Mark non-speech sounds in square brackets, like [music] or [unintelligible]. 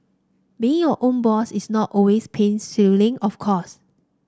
being your own boss is not always pain [unintelligible] of course